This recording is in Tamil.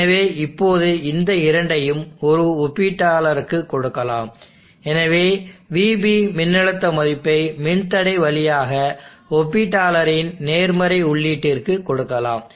எனவே இப்போது இந்த இரண்டையும் ஒரு ஒப்பீட்டாளருக்குக் கொடுக்கலாம் எனவே vB மின்னழுத்த மதிப்பை மின்தடை வழியாக ஒப்பீட்டாளரின் நேர்மறை உள்ளீட்டிற்கு கொடுக்கலாம்